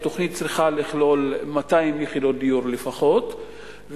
שהתוכנית צריכה לכלול 200 יחידות דיור לפחות,